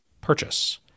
purchase